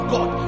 God